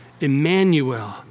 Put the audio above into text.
Emmanuel